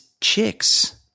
chicks